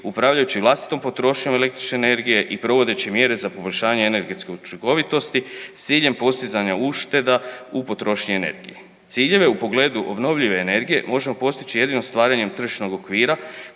upravljajući vlastitom potrošnjom električne energije i provodeći mjere za poboljšanje energetske učinkovitosti s ciljem postizanja ušteda u potrošnji energije. Ciljeve u pogledu obnovljive energije možemo postići jedino stvaranjem tržišnog okvira